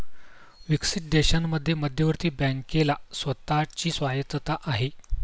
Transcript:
विकसित देशांमध्ये मध्यवर्ती बँकेला स्वतः ची स्वायत्तता आहे